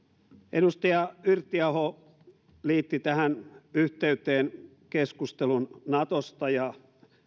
edustaja yrttiaho liitti tähän yhteyteen keskustelun natosta ja